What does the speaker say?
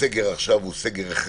הסגר עכשיו הכרחי,